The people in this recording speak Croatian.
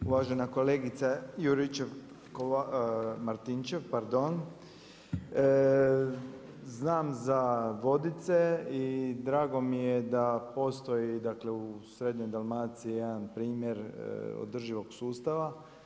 Uvažena kolegica Juričev-Martinčev, pardon, znam za Vodice i drago mi je da postoji u srednjoj Dalmaciji jedan primjer održivog sustava.